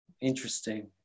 Interesting